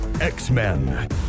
x-men